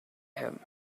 him